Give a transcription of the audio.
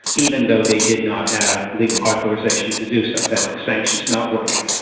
even though they did not have legal authorisation to do so, that's the sanctions not working.